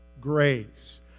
grace